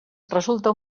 resulta